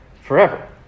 forever